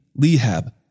Lehab